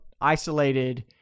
isolated